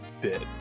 bit